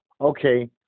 okay